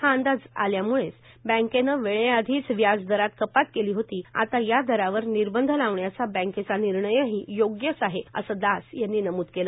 हा अंदाज आल्याम्ळेच बँकेने वेळेआधीच व्याज दरात कपात केली होती आता या दरावर निर्बंध लावण्याचा बँकेचा निर्णयही योग्यच आहे असं दास यांनी नमूद केलं